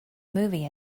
movie